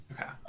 okay